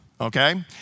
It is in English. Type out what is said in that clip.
Okay